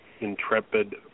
intrepid